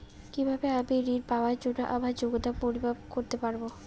কিভাবে আমি ঋন পাওয়ার জন্য আমার যোগ্যতার পরিমাপ করতে পারব?